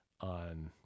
on